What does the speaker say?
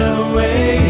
away